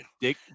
Dick